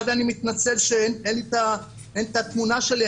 אחד אני מתנצל שאין התמונה שלי,